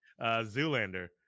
Zoolander